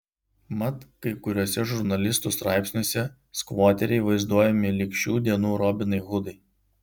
mat kai kuriuose žurnalistų straipsniuose skvoteriai vaizduojami lyg šių dienų robinai hudai